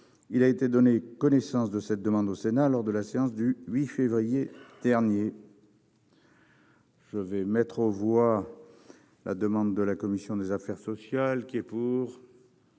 Il a été donné connaissance de cette demande au Sénat lors de la séance du 8 février dernier. Je mets aux voix la demande de la commission des affaires sociales.